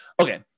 Okay